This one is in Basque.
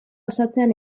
osatzean